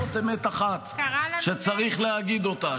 זאת אמת אחת שצריך להגיד אותה.